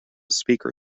speaker